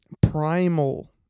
primal